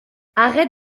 arrête